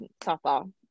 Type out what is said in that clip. softball